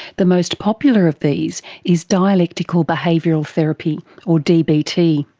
the most popular of these is dialectical behavioural therapy or dbt.